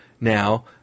now